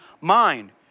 mind